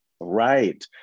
right